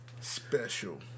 special